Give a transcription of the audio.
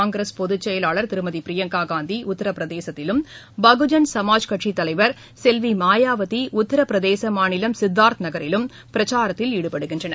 காங்கிரஸ் பொதுச் செயலாளர் திருமதிபிரியங்காகாந்தி உத்தரப்பிரதேசத்திலும் பகுஜன் சமாஜ் கட்சியின்தலைவர் செல்விமாயாவதிஉத்தரப்பிரதேசமாநிலம் சித்தார்த் நகரிலும் பிரச்சாரத்தில் ஈடுபட்டுள்ளனர்